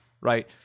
Right